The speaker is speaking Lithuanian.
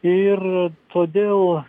ir todėl